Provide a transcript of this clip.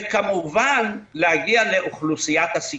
וכמובן להגיע לאוכלוסיית הסיכון.